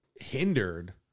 hindered